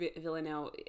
Villanelle